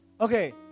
okay